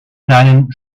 deinen